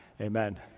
Amen